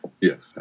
Yes